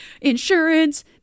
insurance